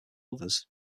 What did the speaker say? others